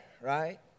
right